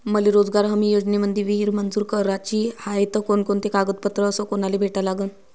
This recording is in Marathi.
मले रोजगार हमी योजनेमंदी विहीर मंजूर कराची हाये त कोनकोनते कागदपत्र अस कोनाले भेटा लागन?